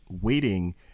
waiting